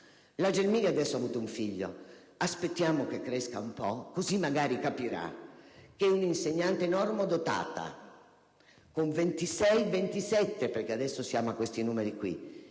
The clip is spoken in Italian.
La Gelmini adesso ha avuto un figlio. Aspettiamo che cresca un po', così magari capirà che un'insegnante normodotata, con 26-27 bambini (perché adesso siamo a questi numeri) di